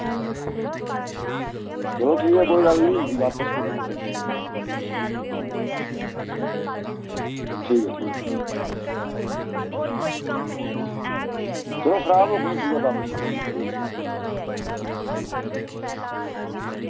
चलो ठीक ऐ कोई गल्ल निं बापस करी ओड़ो ठीक ऐ ठीक ऐ ठीक चलो खराब होङन बापस करी ओड़ो ठीक